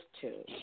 two